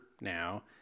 Now